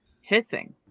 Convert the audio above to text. Hissing